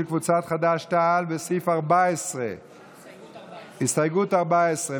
קבוצת חד"ש-תע"ל לסעיף 14. הסתייגות 14,